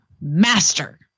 master